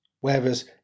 Whereas